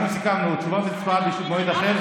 אנחנו סיכמנו: תשובה והצבעה במועד אחר,